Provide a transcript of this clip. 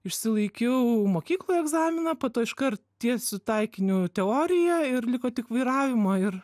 išsilaikiau mokykloj egzaminą po to iškart tiesiu taikiniu teoriją ir liko tik vairavimo ir